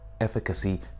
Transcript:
efficacy